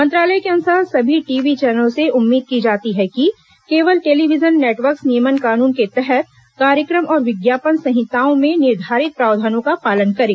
मंत्रालय के अनुसार सभी टीवी चैनलों से उम्मीद की जाती है कि वे केबल टेलीविजन नेटर्वक्स नियमन कानून के तहत कार्यक्रम और विज्ञापन संहिताओं में निर्धारित प्रावधानों का पालन करें